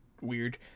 weird